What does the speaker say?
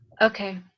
Okay